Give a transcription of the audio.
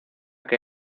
que